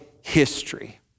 history